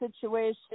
situation